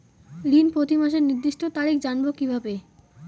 ঋণ প্রতিমাসের নির্দিষ্ট তারিখ জানবো কিভাবে?